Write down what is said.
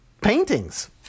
paintings